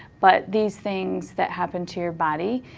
but these things that happen to your body,